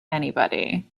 anybody